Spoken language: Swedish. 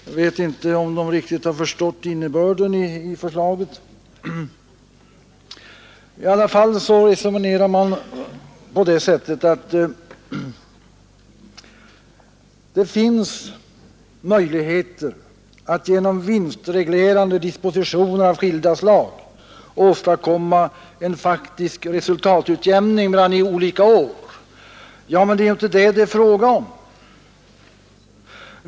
Jag vet inte om man riktigt har förstått innebörden i förslaget; i alla fall resonerar man på det sättet att det finns ”möjligheter att genom vinstreglerande dispositioner av skilda slag åstadkomma en faktisk resultatutjämning mellan olika år”. Men det är ju inte det det är fråga om.